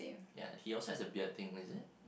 ya he also has a beard thing is it